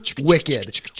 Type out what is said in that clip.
wicked